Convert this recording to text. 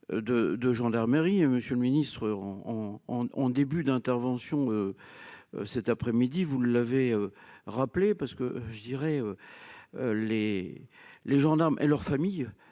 de gendarmerie et Monsieur le Ministre, en en début d'intervention, cet après-midi, vous l'avez rappelé parce que je dirais les les gendarmes et leurs familles